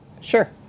Sure